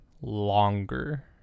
longer